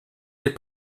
les